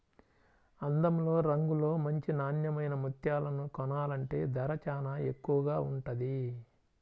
అందంలో, రంగులో మంచి నాన్నెమైన ముత్యాలను కొనాలంటే ధర చానా ఎక్కువగా ఉంటది